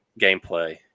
gameplay